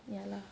ya lah